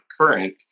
current